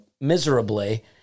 miserably